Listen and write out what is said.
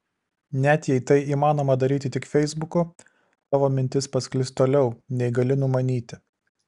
net jei tai įmanoma daryti tik feisbuku tavo mintis pasklis toliau nei gali numanyti